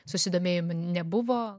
susidomėjimo nebuvo